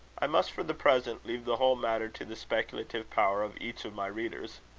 i must, for the present, leave the whole matter to the speculative power of each of my readers.